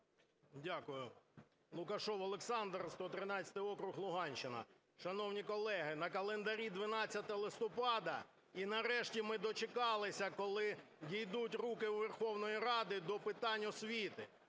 Дякую. Лукашев Олександр, 113 округ, Луганщина. Шановні колеги, на календарі 12 листопада. І, нарешті, ми дочекалися, коли дійдуть руки у Верховної Ради до питань освіти.